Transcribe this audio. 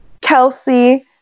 Kelsey